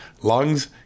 lungs